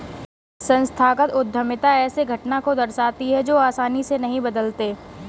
संस्थागत उद्यमिता ऐसे घटना को दर्शाती है जो आसानी से नहीं बदलते